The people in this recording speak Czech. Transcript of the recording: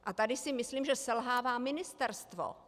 A tady si myslím, že selhává ministerstvo.